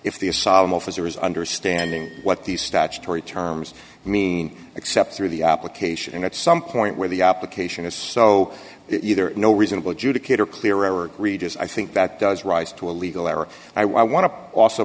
if the asylum officer is understanding what these statutory terms mean except through the application and at some point where the application is so either no reasonable judicature clear or reaches i think that does rise to a legal error i want to also